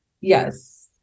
Yes